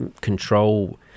control